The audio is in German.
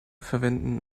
verwenden